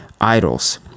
idols